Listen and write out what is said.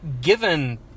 given